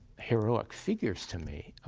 heroic figures to me.